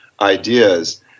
ideas